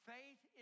Faith